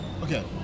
Okay